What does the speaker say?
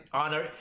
honor